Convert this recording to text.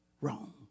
wrong